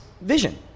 vision